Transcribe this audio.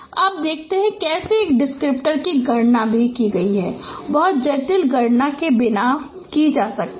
अब देखते हैं कि कैसे एक डिस्क्रिप्टर की गणना भी बहुत जटिल गणना के बिना की जा सकती है